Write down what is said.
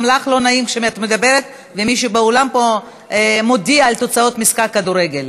גם לך לא נעים כשאת מדברת ומישהו באולם פה מודיע על תוצאות משחק כדורגל.